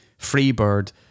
Freebird